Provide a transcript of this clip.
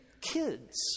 kids